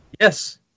Yes